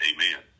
Amen